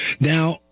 Now